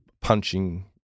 punching